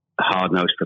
hard-nosed